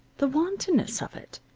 the wantonness of it!